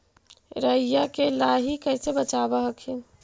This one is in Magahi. राईया के लाहि कैसे बचाब हखिन?